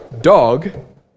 dog